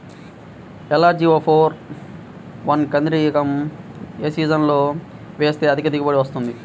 LRG four one కంది రకం ఏ సీజన్లో వేస్తె అధిక దిగుబడి వస్తుంది?